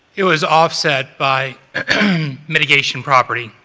it was offset by mitigation property.